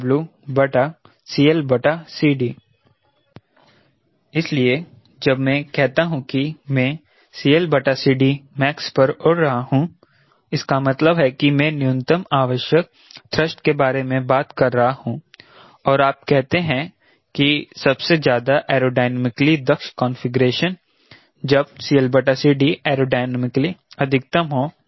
इसलिए जब मैं कहता हूं कि मैं max पर उड़ रहा हूं इसका मतलब है कि मैं न्यूनतम आवश्यक थ्रस्ट के बारे में बात कर रहा हूँ और आप कहते हैं कि सबसे ज्यादा एयरोडायनामिकली दक्ष कॉन्फिग्रेशन जब एयरोडायनामिकली अधिकतम हो